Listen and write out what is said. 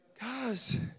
Guys